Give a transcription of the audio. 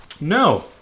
No